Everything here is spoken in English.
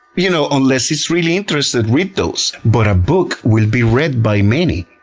you know, unless it's really interesting, read those. but a book will be read by many.